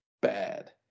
bad